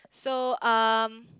so um